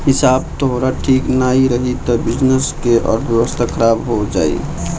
हिसाब तोहार ठीक नाइ रही तअ बिजनेस कअ अर्थव्यवस्था खराब हो जाई